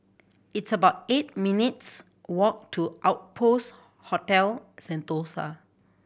it's about eight minutes' walk to Outpost Hotel Sentosa